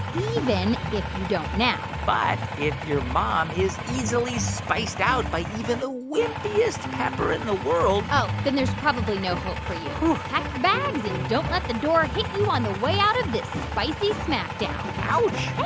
even if you don't now but if your mom is easily spiced out by even the wimpiest pepper in the world. oh, then there's probably no hope for you. pack your bags and don't let the door hit you on the way out of this spicy smackdown ouch hey,